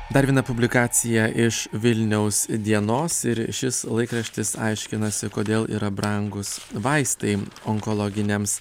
dar viena publikacija iš vilniaus dienos ir šis laikraštis aiškinasi kodėl yra brangūs vaistai onkologiniams